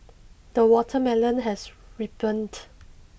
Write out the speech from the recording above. the watermelon has ripened